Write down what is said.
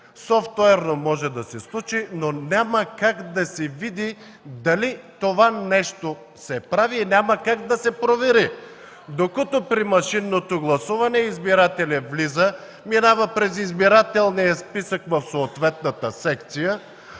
софтуерно може да се случи, няма как да се види дали това нещо се прави – няма как да се провери. Докато при машинното гласуване избирателят влиза, минава през избирателния списък в съответната секция,